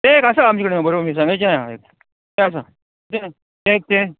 तें एक आसा आमचे कडेन बरोबर मिरसांगेचें आसा एक तें आसा तें तें तें